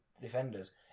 defenders